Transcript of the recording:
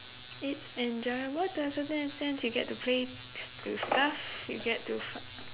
it's enjoyable does in that sense you get to play with stuff you get to find